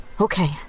Okay